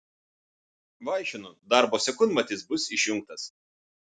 vaišinu darbo sekundmatis bus išjungtas